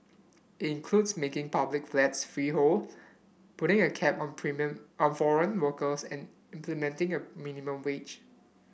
includes making public flats freehold putting a cap on on foreign workers and implementing a minimum wage